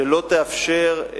שלא תאפשר,